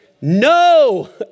No